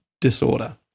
disorder